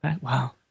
wow